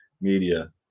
media